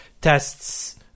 tests